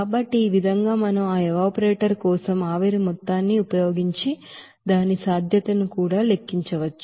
కాబట్టి ఈ విధంగా మనం ఆ ఎవాపరేటర్ కోసం ఆవిరి మొత్తాన్ని ఉపయోగించి దాని ఫీజిబిలిటీను కూడా లెక్కించవచ్చు